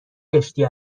کشتی